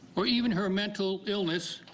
or even her mental illness